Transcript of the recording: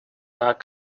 not